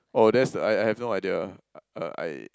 oh that's I I have no idea uh I